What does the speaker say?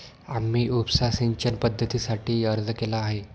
आम्ही उपसा सिंचन पद्धतीसाठी अर्ज केला आहे